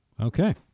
Okay